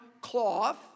cloth